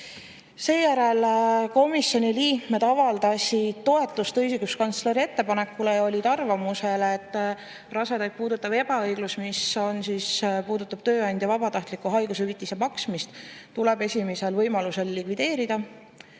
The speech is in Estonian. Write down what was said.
Komisjoni liikmed avaldasid toetust õiguskantsleri ettepanekule ja olid arvamusel, et rasedaid puudutav ebaõiglus, mis puudutab tööandja vabatahtlikku haigushüvitise maksmist, tuleb esimesel võimalusel likvideerida.